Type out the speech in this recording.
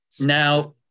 Now